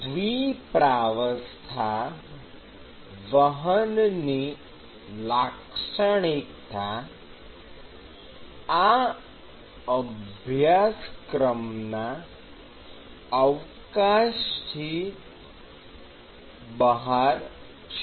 દ્વિ પ્રાવસ્થા વહનની લાક્ષણિકતા આ અભ્યાસક્રમના અવકાશથી બહાર છે